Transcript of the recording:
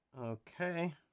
Okay